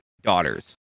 daughters